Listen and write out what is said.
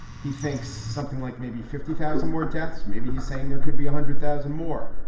he thinks something like maybe fifty thousand more deaths maybe. he's saying there could be a hundred thousand more.